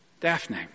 Daphne